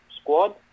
squad